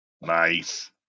Nice